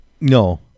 No